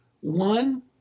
one